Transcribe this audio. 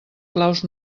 claus